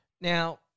Now